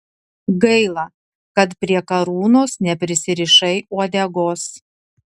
gaila kad prie karūnos neprisirišai uodegos